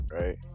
right